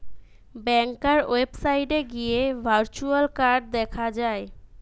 ব্যাংকার ওয়েবসাইটে গিয়ে virtual card দেখা যায়